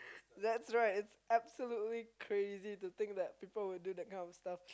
that's right it's absolutely crazy to think that people will do that kind of stuff